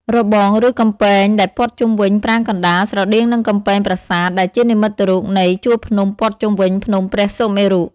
របង ឬកំពែង ដែលព័ទ្ធជុំវិញប្រាង្គកណ្តាល ស្រដៀងនឹងកំពែងប្រាសាទ ដែលជានិមិត្តរូបនៃ ជួរភ្នំព័ទ្ធជុំវិញភ្នំព្រះសុមេរុ ។